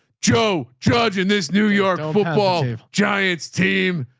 joe judge in this new york football giants team,